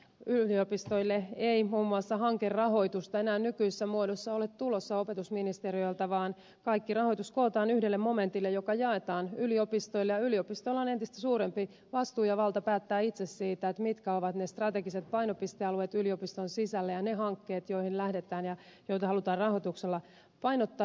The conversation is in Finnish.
yliopistoille ei muun muassa hankerahoitusta enää nykyisessä muodossa ole tulossa opetusministeriöltä vaan kaikki rahoitus kootaan yhdelle momentille joka jaetaan yliopistoille ja yliopistolla on entistä suurempi vastuu ja valta päättää itse siitä mitkä ovat ne strategiset painopistealueet yliopiston sisällä ja ne hankkeet joihin lähdetään ja joita halutaan rahoituksella painottaa